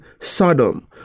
Sodom